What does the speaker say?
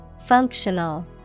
Functional